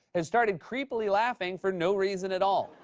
has started creepily laughing for no reason at all.